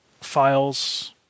files